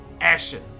action